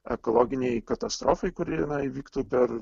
ekologinei katastrofai kuri na įvyktų per